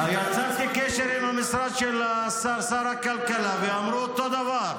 יצרתי קשר עם המשרד של שר הכלכלה, ואמרו אותו דבר.